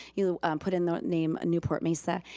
you put in the name newport-mesa,